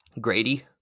Grady